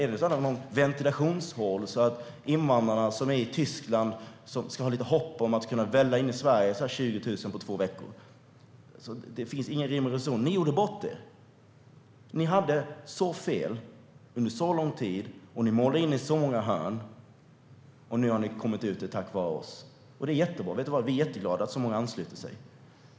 Är det något slags ventilationshål så att de invandrare som finns i Tyskland ska kunna hysa lite hopp om att få välla in i Sverige - ungefär 20 000 på två veckor? Det finns ingen rim och reson. Ni gjorde bort er. Ni hade så fel under så lång tid, och ni målade in er i så många hörn. Nu har ni kommit ut tack vare oss. Det är jättebra. Vet du vad? Vi är jätteglada att så många ansluter sig.